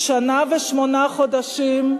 לא בחרו בכם.